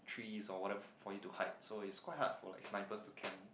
trees or whatever for you to hide so it's quite hard for like snipers to camp